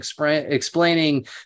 explaining